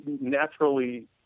naturally